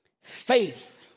faith